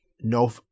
no